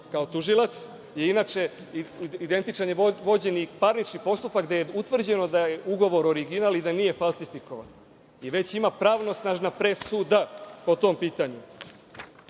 kao tužilac, inače identično je vođen i parnični postupak gde je utvrđeno da je ugovor original i da nije falsifikovan i već ima pravosnažna presuda po tom pitanju. Njen